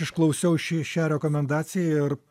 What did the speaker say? išklausiau ši šią rekomendaciją ir